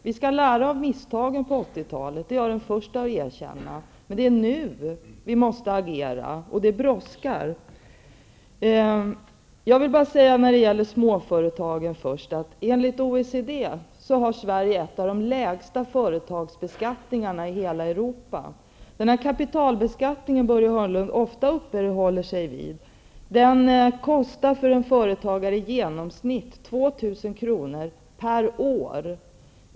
Vi skall lära av misstagen på 80-talet, det är jag den första att erkänna, men det är nu som vi måste agera, och det brådskar. Beträffande småföretagen vill jag säga att enligt OECD har Sverige en av de lägsta företagsbeskattningarna i hela Europa. Kapitalbeskattningen, som Börje Hörnlund ofta uppehåller sig vid, kostar för en företagare i genomsnitt 2 000 kr. per år.